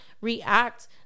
react